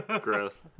Gross